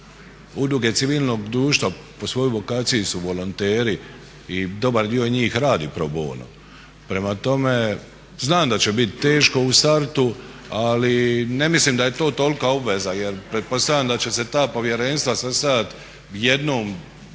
Udruge civilnog društva po svojoj vokaciji su volonteri i dobar dio njih radi probono. Prema tome, znam da će bit teško u startu ali ne mislim da je to tolka obveza jer pretpostavljam da će se ta povjerenstva sastajat jednom